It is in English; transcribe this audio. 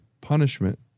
punishment